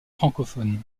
francophones